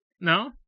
No